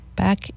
Back